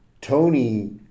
Tony